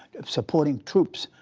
of supporting troops,